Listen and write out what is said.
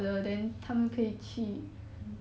mm